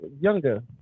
younger